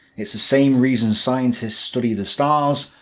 it's the same reason scientists study the stars,